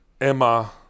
Emma